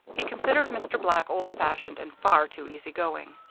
he considered mr. black old-fashioned and far too easy-going.